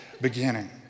beginning